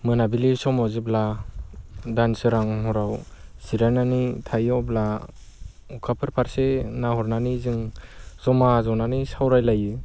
मोनाबिलि समाव जेब्ला दानसोरां हराव जिरायनानै थायो अब्ला अखाफोर फारसे नायहरनानै जों जमा जनानै सावरायलायो